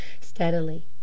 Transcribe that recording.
steadily